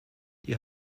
die